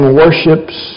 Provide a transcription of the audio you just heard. worships